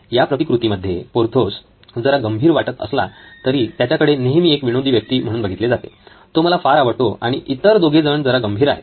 या प्रतिकृती मध्ये पोर्थोस जरा गंभीर वाटत असला तरी त्याच्याकडे नेहमी एक विनोदी व्यक्ती म्हणून बघितले जाते तो मला फार आवडतो आणि इतर दोघे जण जरा गंभीर आहेत